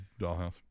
dollhouse